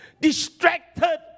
distracted